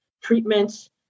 treatments